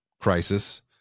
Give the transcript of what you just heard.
crisis